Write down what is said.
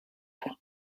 pour